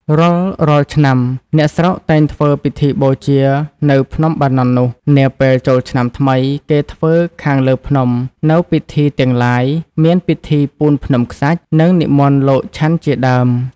រាល់ៗឆ្នាំ អ្នកស្រុកតែងធ្វើពិធីបូជានៅភ្នំបាណន់ នោះ, នាពេលចូលឆ្នាំថ្មី គេធ្វើខាងលើភ្នំ នូវពិធីទាំងឡាយ មានពិធីពូនភ្នំខ្សាច់ និងនិមន្តលោកឆាន់ជាដើម